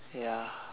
ya